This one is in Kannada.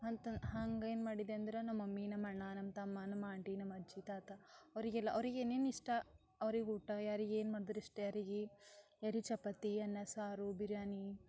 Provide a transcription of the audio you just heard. ಅಂತ ಹಾಂಗೆ ಏನು ಮಾಡಿದೆ ಅಂದ್ರೆ ನಮ್ಮ ಮಮ್ಮಿ ನಮ್ಮ ಅಣ್ಣ ನಮ್ಮ ತಮ್ಮ ನಮ್ಮ ಆಂಟಿ ನಮ್ಮ ಅಜ್ಜಿ ತಾತ ಅವರಿಗೆಲ್ಲ ಅವರಿಗೆ ಏನೇನು ಇಷ್ಟ ಅವ್ರಿಗೆ ಊಟ ಯಾರಿಗೆ ಏನು ಮಾಡಿದ್ರೆ ಇಷ್ಟ ಯಾರಿಗೆ ಯಾರಿಗೆ ಚಪಾತಿ ಅನ್ನ ಸಾರು ಬಿರಿಯಾನಿ